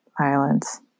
violence